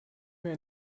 mehr